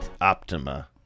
Optima